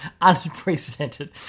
unprecedented